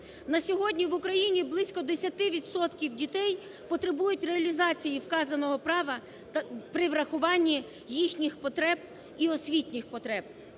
На сьогодні в Україні близько 10 відсотків дітей потребують реалізації вказаного права при врахуванні їхніх потреб і освітніх потреб.